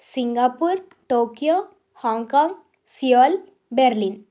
Singapore Tokyo Hong Kong Seoul Berlin